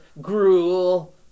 gruel